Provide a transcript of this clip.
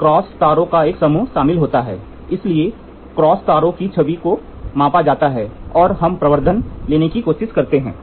cross तारों का एक समूह शामिल होता है इसलिए क्रॉस तारों की छवि को मापा जाता है और हम प्रवर्धन लेने की कोशिश करते हैं